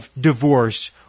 divorce